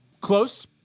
Close